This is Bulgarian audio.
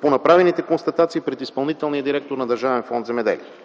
по направените констатации пред изпълнителния директор на Държавен фонд „Земеделие”.